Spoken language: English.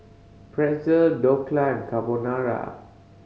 Pretzel Dhokla and Carbonara